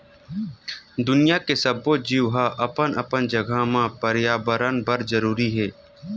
दुनिया के सब्बो जीव ह अपन अपन जघा म परयाबरन बर जरूरी हे